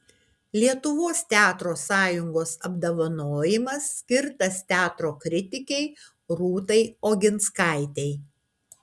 lietuvos teatro sąjungos apdovanojimas skirtas teatro kritikei rūtai oginskaitei